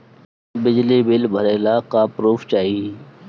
बिजली बिल भरे ला का पुर्फ चाही?